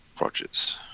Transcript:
Rodgers